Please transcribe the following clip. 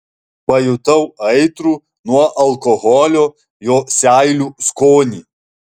pajutau aitrų nuo alkoholio jo seilių skonį